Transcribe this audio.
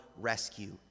rescue